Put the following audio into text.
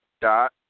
Dot